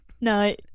No